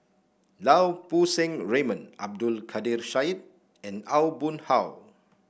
Lau Poo Seng Raymond Abdul Kadir Syed and Aw Boon Haw